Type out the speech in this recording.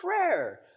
prayer